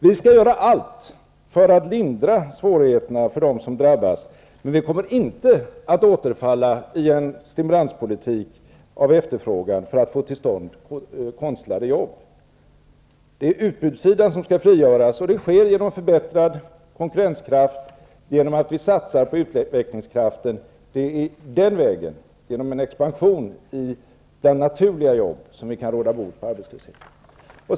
Vi skall göra allt för att lindra svårigheterna för dem som drabbas, men vi kommer inte att återfalla i en politik som stimulerar efterfrågan, för att få till stånd konstlade jobb. Det är utbudssidan som skall frigöras, och det sker genom förbättrad konkurrenskraft, genom att vi satsar på utvecklingskraften. Det är den vägen, genom en expansion av naturliga jobb, som vi kan råda bot på arbetslösheten.